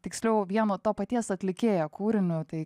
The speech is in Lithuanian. tiksliau vieno to paties atlikėjo kūriniu tai